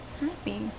happy